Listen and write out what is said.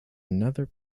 another